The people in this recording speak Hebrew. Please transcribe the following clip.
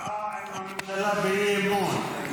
מצביעה עם הממשלה באי-אמון.